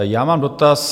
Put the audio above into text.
Já mám dotaz.